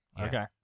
Okay